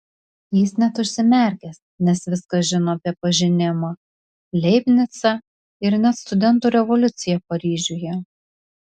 jis net užsimerkęs nes viską žino apie pažinimą leibnicą ir net studentų revoliuciją paryžiuje